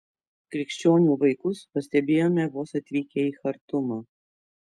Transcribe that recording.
krikščionių vaikus pastebėjome vos atvykę į chartumą